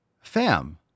Fam